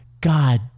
God